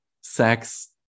sex